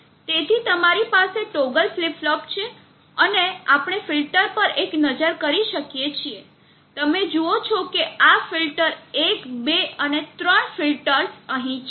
તેથી તમારી પાસે ટોગલ ફ્લિપ ફ્લોપ છે અને આપણે ફિલ્ટર પર એક નજર કરી શકીએ છીએ તમે જુઓ છો કે આ ફિલ્ટર 1 2 અને 3 ફિલ્ટર્સ અહીં છે